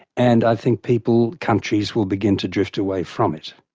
and i think people, countries, will begin to drift away from it.